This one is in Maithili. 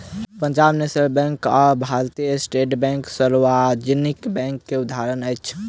पंजाब नेशनल बैंक आ भारतीय स्टेट बैंक सार्वजनिक बैंक के उदाहरण अछि